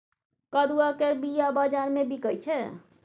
कदुआ केर बीया बजार मे बिकाइ छै